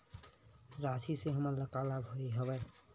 राशि से हमन ला का लाभ हे?